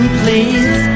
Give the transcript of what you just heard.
please